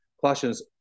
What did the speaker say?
Colossians